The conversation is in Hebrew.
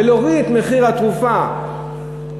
ולהוריד את מחיר התרופה לצרכן,